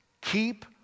Keep